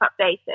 updated